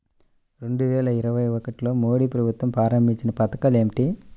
రెండు వేల ఇరవై ఒకటిలో మోడీ ప్రభుత్వం ప్రారంభించిన పథకాలు ఏమిటీ?